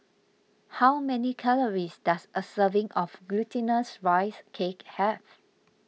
how many calories does a serving of Glutinous Rice Cake have